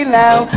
now